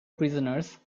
prisoners